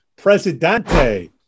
Presidente